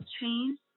Change